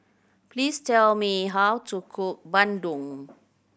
please tell me how to cook bandung